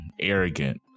arrogant